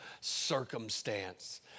circumstance